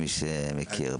מי שמכיר,